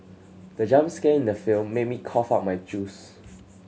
the jump scare in the film made me cough out my juice